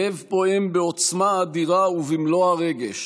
לב פועם בעוצמה אדירה ובמלוא הרגש